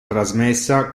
trasmessa